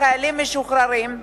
לחיילים משוחררים,